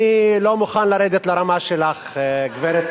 מה הפנים שלך בדיוק?